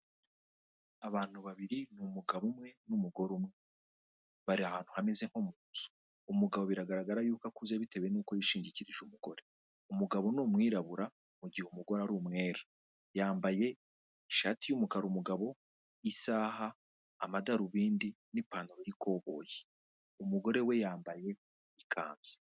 Abantu babiri ni umugabo umwe n'umugore umwe, bari ahantu hameze nko mu nzu. Umugabo biragaragara yuko akuze bitewe nuko yishingikirije umugore. Umugabo ni umwirabura mu gihe umugore ari umwera, yambaye ishati y'umukara umugabo, isaha, amadarubindi, n'ipantaro y'ikoboyi, umugore we yambaye ikanzu.